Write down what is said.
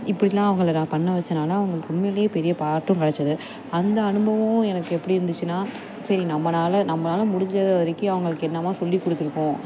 இப்படிலாம் அவங்கள நான் பண்ண வச்சனால அவங்களுக்கு உண்மையிலே பெரிய பாராட்டும் கிடச்சுது அந்த அனுபவம் எனக்கு எப்படி இருந்துச்சுனா சரி நம்மனால நம்மனால முடிஞ்சதுவரைக்கும் அவங்களுக்கு என்னமா சொல்லிக் கொடுத்துருக்கோம்